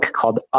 called